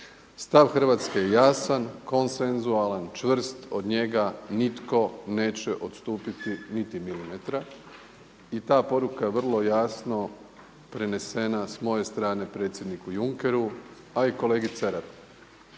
Stav Hrvatske je jasan, konsenzualan, čvrst. Od njega nitko neće odstupiti niti milimetra. I ta poruka vrlo jasno je prenesena s moje strane predsjedniku Junkeru, a i kolegi Ceraru.